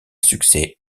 succès